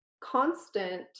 constant